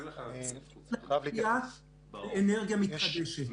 צריך להשקיע באנרגיה מתחדשת.